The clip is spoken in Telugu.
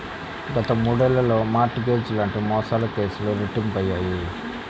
గత మూడేళ్లలో మార్ట్ గేజ్ లాంటి మోసాల కేసులు రెట్టింపయ్యాయి